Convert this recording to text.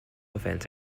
events